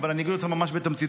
אני אגיד אותם ממש בתמציתיות.